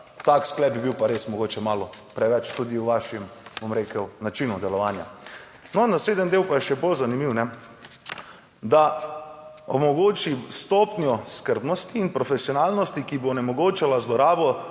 tak sklep bi bil pa res mogoče malo preveč tudi v vašem, bom rekel, načinu delovanja. No. Naslednji del pa je še bolj zanimiv, da omogoči stopnjo skrbnosti in profesionalnosti, ki bi onemogočala zlorabo